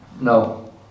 No